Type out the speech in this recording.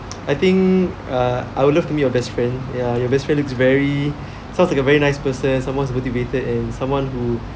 I think uh I will love to meet your best friend ya your best friend looks very sounds like a very nice person someone's motivated and someone who